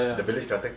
the village cafe